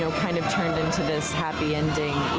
so kind of turned into this happy ending,